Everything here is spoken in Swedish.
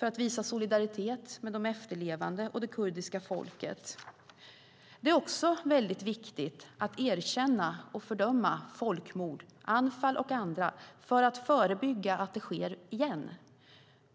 och visa solidaritet med de efterlevande och det kurdiska folket. Det är också väldigt viktigt att erkänna och fördöma folkmord, Anfal och andra, för att förebygga att det sker igen.